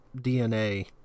DNA